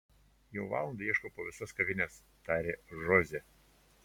jau valandą ieškau po visas kavines tarė žozė